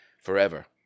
forever